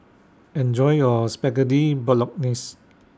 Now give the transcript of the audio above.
Enjoy your Spaghetti Bolognese